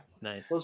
Nice